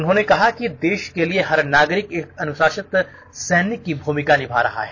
उन्होंने कहा कि देश के लिए हर नागरिक एक अनुशासित सैनिक की भूमिका निभा रहा है